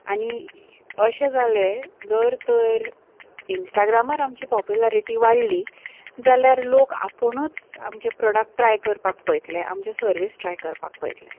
आनी अशें जालें जर तर इंस्टाग्रामार आमची पोप्युलरिटी वाडली जाल्यार लोक आपुणूच आमचे प्रोडक्ट ट्राय करपाक पयतले आमचे सर्वीस ट्राय करपाक पळयतले